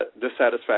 dissatisfaction